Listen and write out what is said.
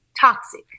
toxic